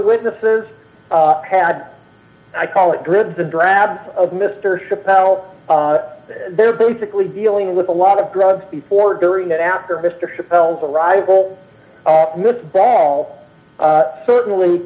witnesses had i call it dribs and drabs of mr chappelle they're basically dealing with a lot of drugs before during and after mr chappelle's arrival miss ball certainly